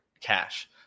cash